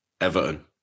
Everton